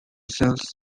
sales